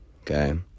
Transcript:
Okay